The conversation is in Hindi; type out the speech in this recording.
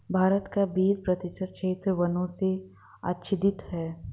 भारत का बीस प्रतिशत क्षेत्र वनों से आच्छादित है